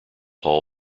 hall